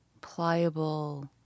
pliable